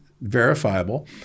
verifiable